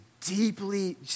deeply